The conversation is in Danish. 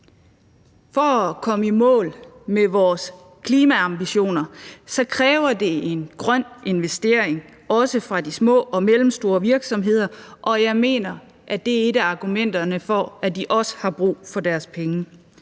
For at komme i mål med vores klimaambitioner kræver det en grøn investering fra også de små og mellemstore virksomheder, og jeg mener, at det er et af argumenterne for, at de også har brug for deres penge.